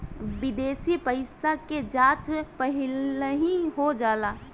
विदेशी पइसा के जाँच पहिलही हो जाला